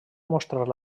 mostrar